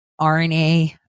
RNA